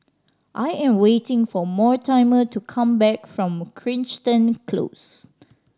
I am waiting for Mortimer to come back from Crichton Close